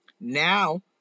Now